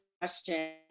question